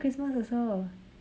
christmas also